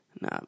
Nah